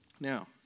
Now